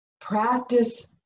practice